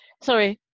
sorry